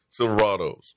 Silverados